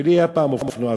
ולי היה פעם אופנוע,